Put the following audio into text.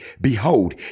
behold